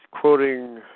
quoting